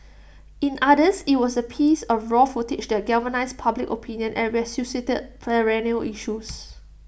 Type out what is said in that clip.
in others IT was A piece of raw footage that galvanised public opinion and resuscitated perennial issues